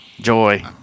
joy